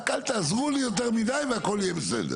רק אל תעזרו לי יותר מידי והכל יהיה בסדר.